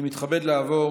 אני מתכבד לעבור